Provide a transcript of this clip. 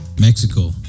Mexico